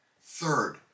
Third